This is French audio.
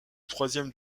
troisième